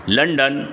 London